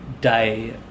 day